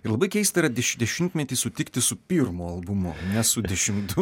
ir labai keista yra deš dešimtmetį sutikti su pirmu albumu ne su dešimtu ne su